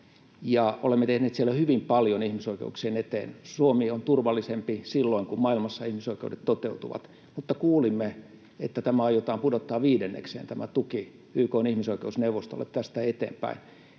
olemme tehneet siellä hyvin paljon ihmisoikeuksien eteen. Suomi on turvallisempi silloin, kun maailmassa ihmisoikeudet toteutuvat, mutta kuulimme, että tuki YK:n ihmisoikeusneuvostolle aiotaan pudottaa viidennekseen